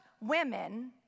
women